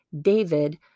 David